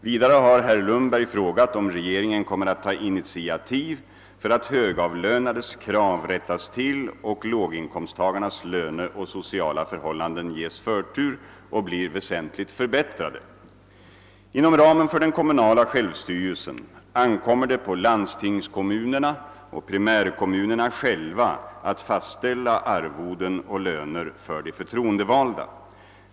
Vidare har herr Lundberg frågat om regeringen kommer att ta initiativ för att högavlönades krav rättas till och låginkomsttagarnas lönevillkor och sociala förhållanden ges förtur och blir väsentligt förbättrade. Inom ramen för den kommunala självstyrelsen ankommer det på landstingskommunerna och primärkommunerna själva att fastställa arvoden och löner för de förtroendevalda.